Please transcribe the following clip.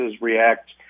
react